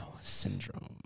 syndrome